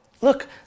look